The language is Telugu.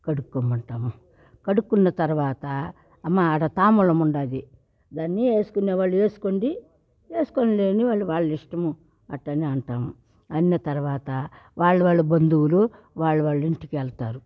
కడుక్కోమంటాము కడుక్కున్న తర్వాత అమ్మ ఆడ తాంబూలం ఉండాది దాన్ని వేసుకునే వాళ్ళు వేసుకోండి వేసుకోలేని వాళ్ళు వాళ్ల ఇష్టమని అట్టని అంటాము అనిన తర్వాత వాళ్ల వాళ్ల బంధువులు వాళ్ల వాళ్ళింటికి వెల్తారు